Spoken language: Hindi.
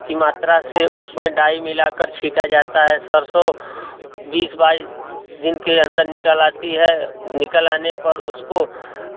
की मात्रा से उसमें डाई मिला कर छींटा जाता है सरसों बीस बाइस दिन के अंदर निकल आता है सरसों निकल आने पर उसको